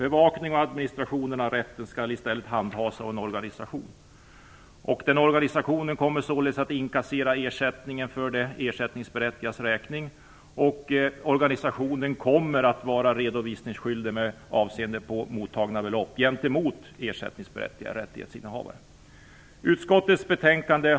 Bevakningen och administrationen av rätten skall i stället handhas av en organisation för ändamålet. Den organisationen kommer således att inkassera ersättningen för de ersättningsberättigades räkning. Organisationen kommer att vara redovisningsskyldig med avseende på mottagna belopp gentemot ersättningsberättigade rättighetsinnehavare.